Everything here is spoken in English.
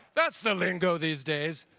that's the lingo these days.